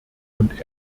und